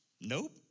Nope